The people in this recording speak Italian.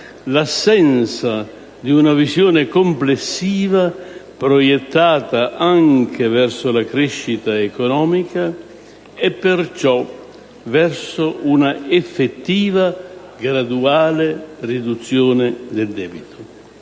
l'assenza di una visione complessiva proiettata anche verso la crescita economica e perciò verso un'effettiva graduale riduzione del debito.